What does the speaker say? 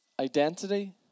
Identity